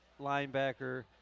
linebacker